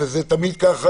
וזה תמיד כך,